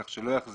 כך שלא יחזיק